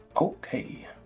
Okay